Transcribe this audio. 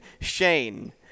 Shane